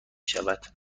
شود